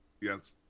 Yes